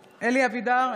(קוראת בשמות חברי הכנסת) אלי אבידר,